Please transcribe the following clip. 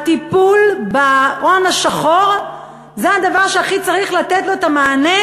הטיפול בהון השחור זה הדבר שהכי צריך לתת לו את המענה,